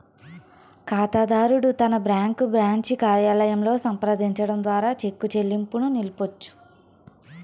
కాతాదారుడు తన bank branch కార్యాలయంలో సంప్రదించడం ద్వారా చెక్కు చెల్లింపుని నిలపొచ్చు